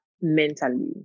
mentally